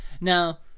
Now